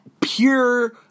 pure